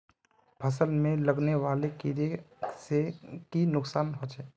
फसल में लगने वाले कीड़े से की नुकसान होचे?